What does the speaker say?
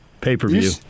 Pay-per-view